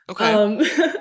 Okay